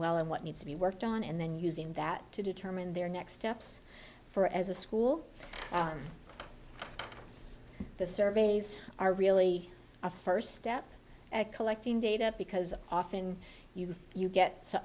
well and what needs to be worked on and then using that to determine their next steps for as a school the surveys are really a first step at collecting data because often you